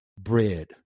bread